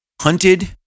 Hunted